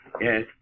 Yes